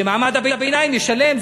שמעמד הביניים ישלם.